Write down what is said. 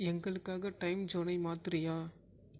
எங்களுக்காக டைம்ஜோனை மாற்றுறியா